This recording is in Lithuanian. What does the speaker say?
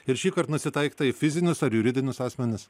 ir šįkart nusitaikyta į fizinius ar juridinius asmenis